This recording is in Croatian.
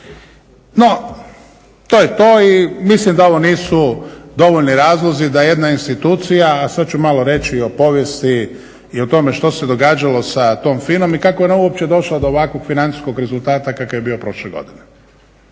No, to je to i mislim da ovo nisu dovoljni razlozi da jedna institucija, a sad ću malo reći i o povijesti i o tome što se događalo sa tom FINA-om i kako je ona uopće došla do ovakvog financijskog rezultata kakav je bio prošle godine.